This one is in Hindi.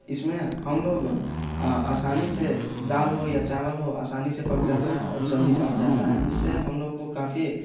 इसमें हम लोग आसानी से दाल हो या चावल हो आसानी से पक जाता है और जल्दी पक जाता है जिससे हम लोग को काफ़ी